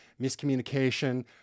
miscommunication